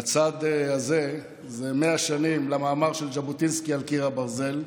לצד הזה זה 100 שנים למאמר של ז'בוטינסקי על קיר הברזל,